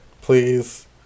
please